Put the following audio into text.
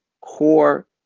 core